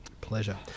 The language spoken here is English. pleasure